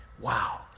Wow